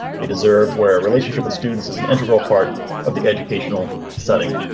they deserve. where a relationship with students is an integral part of the educational setting.